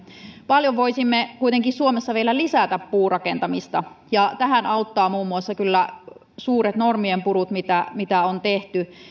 paljon voisimme kuitenkin suomessa vielä lisätä puurakentamista ja tähän kyllä auttavat muun muassa suuret normien purut mitä mitä on tehty